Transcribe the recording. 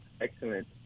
excellent